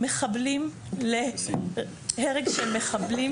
למחבלים להרג של מחבלים,